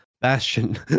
Bastion